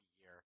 year